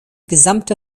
gesamte